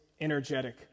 energetic